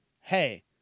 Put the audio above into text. hey